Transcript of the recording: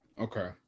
okay